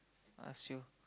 ask you